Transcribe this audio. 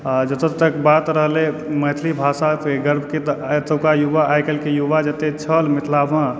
आ जतय तक बात रहलय मैथिली भाषाकेँ तऽ ई तऽ गर्वके एतुका युवा आइकाल्हिके युवा जतय छल मिथिलामे